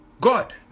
God